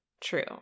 true